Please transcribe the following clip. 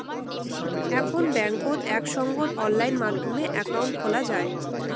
এখন বেংকত আক সঙ্গত অনলাইন মাধ্যমে একাউন্ট খোলা যাই